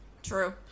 True